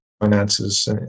finances